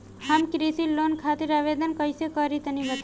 हम कृषि लोन खातिर आवेदन कइसे करि तनि बताई?